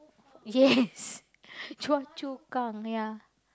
yes Choa-Chu-Kang ya